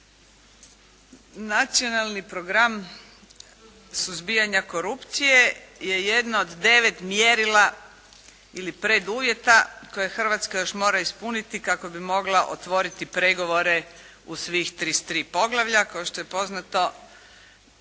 Nacionalni program suzbijanja korupcije je jedno od 9 mjerila ili preduvjeta koje Hrvatska još mora ispuniti kako bi mogla otvoriti pregovore u svih 33 poglavlja. Kao što je poznato